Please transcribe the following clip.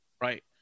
Right